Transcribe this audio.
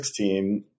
2016